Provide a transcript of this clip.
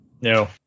No